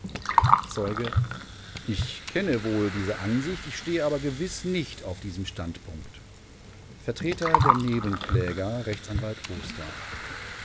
zeuge ich kenne wohl diese ansicht ich stehe aber gewiß nicht auf diesem standpunkt vertreter der nebenkläger rechtsanwalt oster